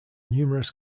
numerous